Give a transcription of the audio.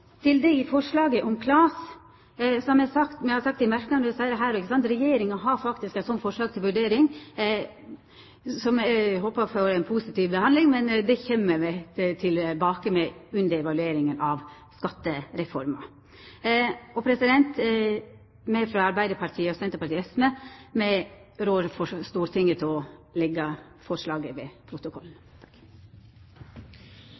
til at tilsette kan erverva aksjar i eiga bedrift, med dei positive effektane det kan ha på arbeidsinnsats, arbeidsmiljø osv. Når det gjeld forslaget om KLAS, har me sagt i merknadene, og me seier det her, at Regjeringa faktisk har eit slikt forslag til vurdering som eg håpar får ei positiv behandling, men det kjem me tilbake til ved evalueringa av skattereforma. Me frå Arbeidarpartiet, Senterpartiet og Sosialistisk Venstreparti rår Stortinget til å